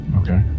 okay